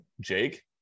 jake